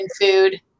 food